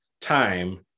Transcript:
time